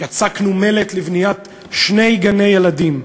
יצקנו מלט לבניית שני גני-ילדים.